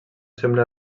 sembla